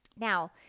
now